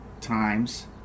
times